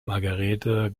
margarethe